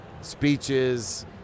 speeches